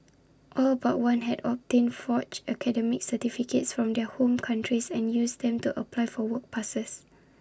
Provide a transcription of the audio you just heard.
all but one had obtained forged academic certificates from their home countries and used them to apply for work passes